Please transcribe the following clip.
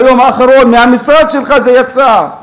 ביום האחרון מהמשרד שלך זה יצא.